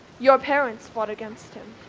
your parents fought against him